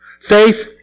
Faith